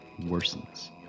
worsens